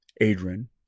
Adrian